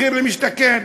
מחיר למשתכן.